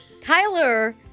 Tyler